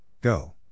Go